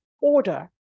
order